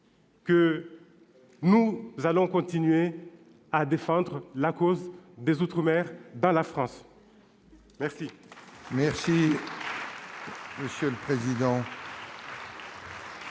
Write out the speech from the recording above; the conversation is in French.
que nous pourrons continuer à défendre la cause des outre-mer dans la France !